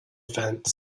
fence